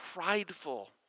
prideful